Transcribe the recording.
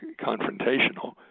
confrontational